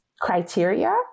criteria